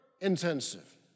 intensive